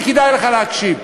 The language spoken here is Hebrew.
כדאי לך להקשיב,